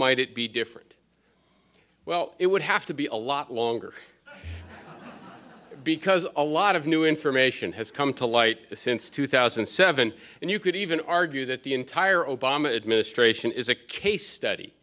might it be different well it would have to be a lot longer because a lot of new information has come to light since two thousand and seven and you could even argue that the entire obama administration is a case study